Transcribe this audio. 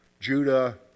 Judah